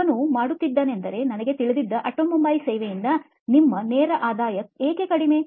ಅವನು ಮಾಡುತ್ತಿದ್ದಾನೆಂದು ನನಗೆ ತಿಳಿದಿದ್ದ ಆಟೋಮೊಬೈಲ್ ಸೇವೆಯಿಂದ ನಿಮ್ಮ ನೇರ ಆದಾಯ ಏಕೆ ಕಡಿಮೆ